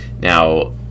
now